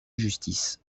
justice